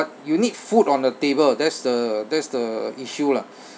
but you need food on the table that's the that's the issue lah